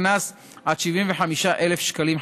קנס עד 75,000 שקלים חדשים.